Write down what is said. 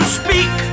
speak